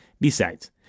Besides